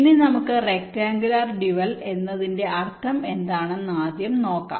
ഇനി നമുക്ക് rectangular dual എന്നതിന്റെ അർത്ഥം എന്താണെന്ന് ആദ്യം നോക്കാം